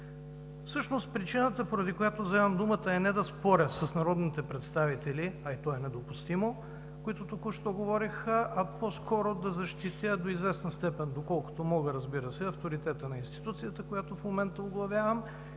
Всъщност причината, поради която вземам думата, е не да споря с народните представители, а и то е недопустимо, които току-що говориха, а по-скоро да защитя до известна степен, доколкото мога, разбира се, авторитета на институцията, която оглавявам